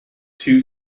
too